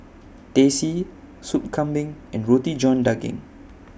Teh C Sop Kambing and Roti John Daging